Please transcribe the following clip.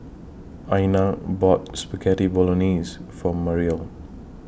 Iyana bought Spaghetti Bolognese For Mariel